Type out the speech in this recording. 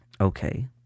Okay